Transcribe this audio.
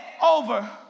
over